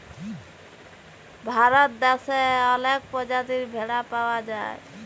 ভারত দ্যাশে অলেক পজাতির ভেড়া পাউয়া যায়